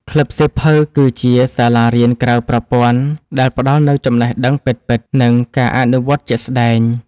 ក្លឹបសៀវភៅគឺជា សាលារៀនក្រៅប្រព័ន្ធ ដែលផ្ដល់នូវចំណេះដឹងពិតៗ និងការអនុវត្តជាក់ស្ដែង។